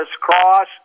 Cross